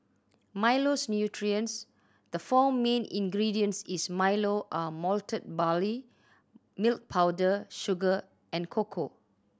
Milo's nutrients the four main ingredients is Milo are malted barley milk powder sugar and cocoa